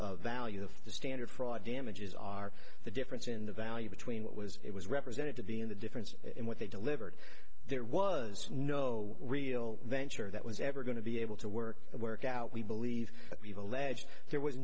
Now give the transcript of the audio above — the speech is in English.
last value of the standard fraud damages are the difference in the value between what was it was represented to be in the difference in what they delivered there was no real venture that was ever going to be able to work and work out we believe we've alleged there was